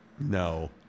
no